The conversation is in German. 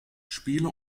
spiele